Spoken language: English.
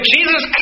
Jesus